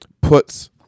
puts